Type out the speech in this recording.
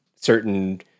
certain